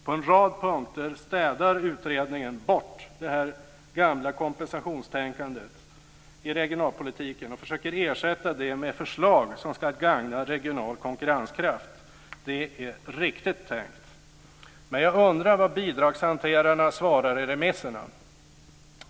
På en rad punkter städar utredningen bort det gamla kompensationstänkandet i regionalpolitiken och försöker ersätta det med förslag som ska gagna regional konkurrenskraft. Det är riktigt tänkt. Men jag undrar vad bidragshanterarna svarar i remisserna.